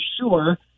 sure